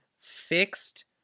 fixed